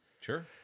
sure